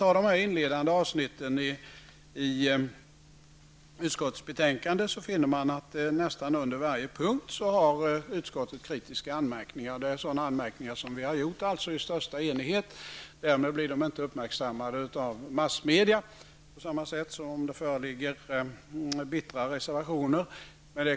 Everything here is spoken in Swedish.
I de inledande avsnitten i utskottets betänkande finner man att det nästan under varje punkt förekommer kritiska anmärkningar från utskottet. Det är alltså anmärkningar som vi har gjort i största enighet. Därmed blir de inte uppmärksammade av massmedia på samma sätt som om det föreligger bittra reservationer.